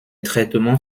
traitements